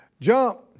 jump